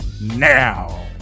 now